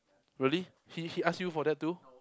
really he he ask you for that too